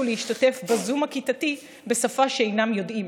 להשתתף בזום הכיתתי בשפה שאינם יודעים.